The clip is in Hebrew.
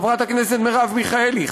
חברת הכנסת מרב מיכאלי,